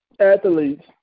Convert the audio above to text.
athletes